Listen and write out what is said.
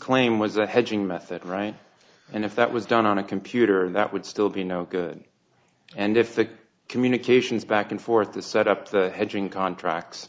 claim was a hedging method right and if that was done on a computer that would still be no good and if the communications back and forth to set up the hedging contracts